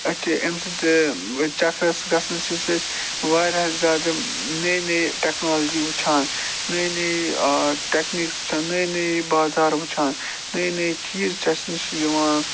اَسہِ چھِ اَمہِ سۭتۍ چَکرَس گژھنہٕ سۭتۍ سۭتۍ واریاہ زیادٕ نٔے نٔے ٹیکنالجی وٕچھان نٔے نٔے ٹیٚکنیٖکٕس وٕچھان نٔے نٔے بازار وٕچھان نٔے نٔے چیٖز چھِ اَسہِ نِش یِوان